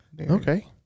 Okay